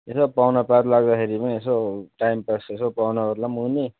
यसो पाहुना पात लाग्दाखेरि पनि यसो टाइमपास यसो पाहुनाहरूलाई पनि हुने